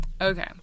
Okay